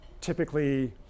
typically